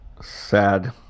Sad